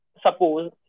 Suppose